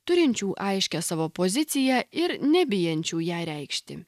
turinčių aiškią savo poziciją ir nebijančių ją reikšti